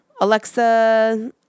Alexa